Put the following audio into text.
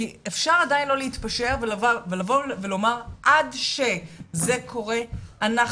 אפשר עדיין לא להתפשר ולבוא ולומר עד שזה קורה אנחנו,